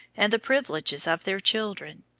and the privileges of their children,